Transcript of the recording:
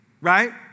Right